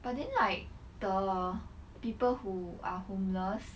but then like the people who are homeless